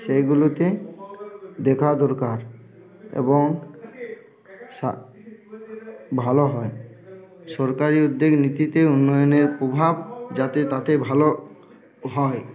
সেইগুলোতে দেখা দরকার এবং ভালো হয় সরকারি উদ্যেগ নীতিতে উন্নয়নের প্রভাব যাতে তাতে ভালো হয়